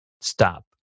stop